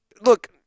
look